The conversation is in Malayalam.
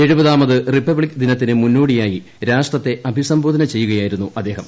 എഴുപതാമത് റീപ്പ്ണ്ക്കിക് ദിനത്തിന് മുന്നോടിയായി രാഷ്ട്രത്തെ അഭിസംബോധന ചെയ്യുകയായിരുന്നു അദ്ദേഹം